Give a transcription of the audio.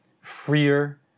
freer